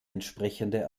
entsprechende